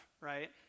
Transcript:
right